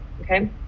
Okay